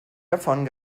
davon